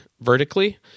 vertically